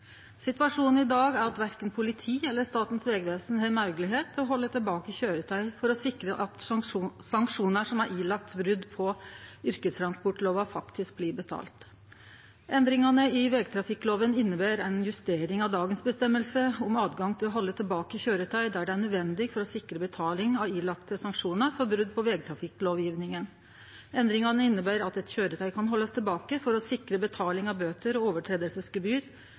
Situasjonen i dag er at verken politi eller Statens vegvesen har moglegheit til å halde tilbake køyretøy for å sikre at sanksjonar som er ilagde for brot på yrkestransportloven, faktisk blir betalt. Endringane i vegtrafikkloven inneber ei justering av dagens reglar om høve til å halde tilbake køyretøy der det er nødvendig for å sikre betaling av ilagde sanksjonar for brot på vegtrafikklovgivinga. Endringane inneber at eit køyretøy kan haldast tilbake for å sikre betaling av bøter og